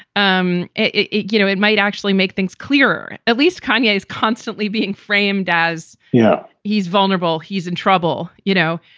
um it it you know might actually make things clearer. at least kanye is constantly being framed as yeah he's vulnerable, he's in trouble. you know,